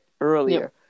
earlier